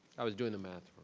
i was doing the math,